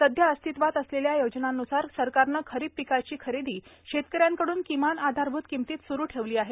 सध्या अस्तित्वात असलेल्या योजनांनुसार सरकारने खरीप पिकाची खरेदी शेतक यांकडून किमान आधारभूत किंमतीत स्रू ठेवली आहे